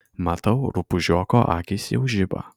matau rupūžioko akys jau žiba